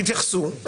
תתייחסו,